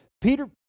Peter